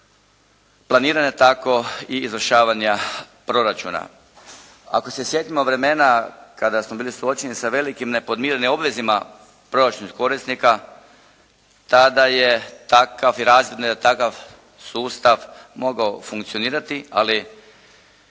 planiranja tako i izvršavanja proračuna. Ako se sjetimo vremena kada smo bili suočeni sa velikim nepodmirenim obvezama proračunskih korisnika tada je takav i razvidno je da je takav sustav mogao funkcionirati ali